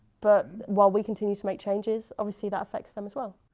but while we continue to make changes, obviously that affects them as well.